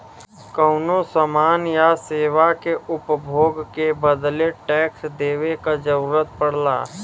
कउनो समान या सेवा के उपभोग के बदले टैक्स देवे क जरुरत पड़ला